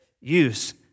use